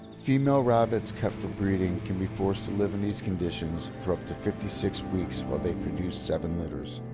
female rabbits kept for breeding can be forced to live in these conditions for up to fifty six weeks while they produce seven litters.